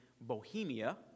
Bohemia